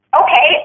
okay